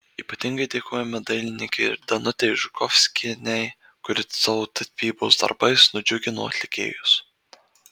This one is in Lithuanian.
ypatingai dėkojame dailininkei danutei žukovskienei kuri savo tapybos darbais nudžiugino atlikėjus